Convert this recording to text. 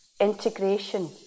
integration